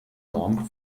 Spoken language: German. norm